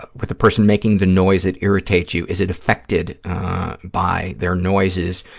but with the person making the noise that irritates you, is it affected by their noises?